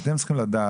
אבל אתם צריכים לדעת